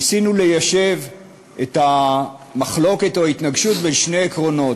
ניסינו ליישב את המחלוקת או את ההתנגשות בין שני עקרונות.